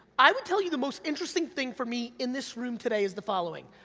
i would tell you the most interesting thing for me, in this room today, is the following,